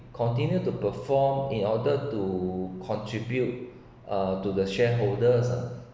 continue to perform in order to contribute uh to the shareholders ah